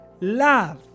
Love